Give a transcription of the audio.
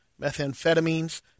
methamphetamines